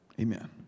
Amen